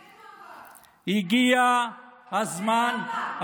אין מאבק, אין מאבק.